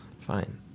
fine